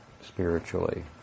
spiritually